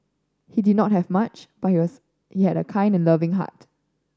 he did not have much but he had a kind and loving heart